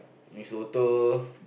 Mee-Soto